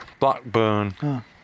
Blackburn